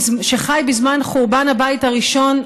שחי בזמן חורבן הבית הראשון,